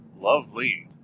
Lovely